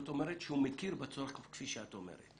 זאת אומרת שהוא מכיר בצורך כפי שאת אומרת.